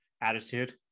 attitude